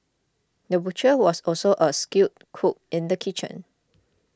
the butcher was also a skilled cook in the kitchen